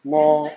more